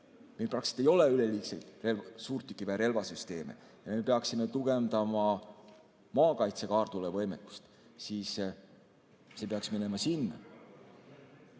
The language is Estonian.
meil praktiliselt ei ole üleliigseid suurtükiväe relvasüsteeme ja me peaksime tugevdama maakaitse kaartulevõimekust, siis see peaks minema sinna.